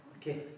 Okay